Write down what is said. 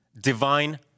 divine